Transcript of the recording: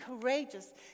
courageous